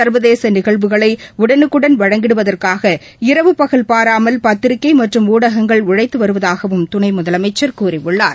சர்வதேச நிகழ்வுகளை உடனுக்குடன் வழங்கிடுவதற்னக இரவு பகல் பாராமல் பத்திரிகை மற்றும் ஊடகங்கள் உழைத்து வருவதாகவும் துணை முதலமைச்சர் கூறியுள்ளார்